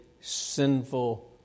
sinful